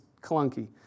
clunky